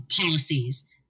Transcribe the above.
policies